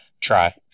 Try